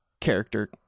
Character